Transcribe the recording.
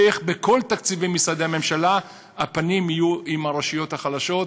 איך בכל תקציבי משרדי הממשלה הפנים יהיו עם הרשויות החלשות,